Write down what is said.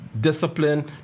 discipline